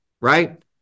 right